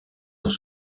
dans